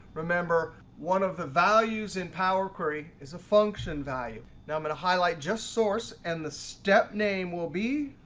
remember, one of the values in power query is a function value. now i'm going to highlight just source and the step name will be